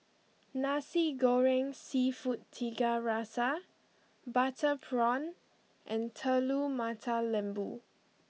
Nasi Goreng Seafood Tiga Rasa Butter Prawn and Telur Mata Lembu